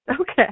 Okay